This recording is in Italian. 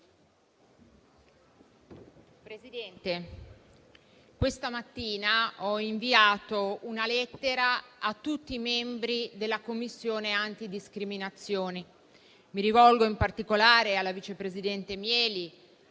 Presidente, questa mattina ho inviato una lettera a tutti i membri della Commissione antidiscriminazioni. Mi rivolgo in particolare alla vice presidente Mieli